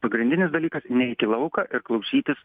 pagrindinis dalykas neit į lauką ir klausytis